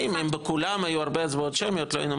אם בכולן היו הרבה הצבעות שמיות לא היינו מספיקים.